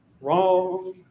Wrong